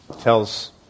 tells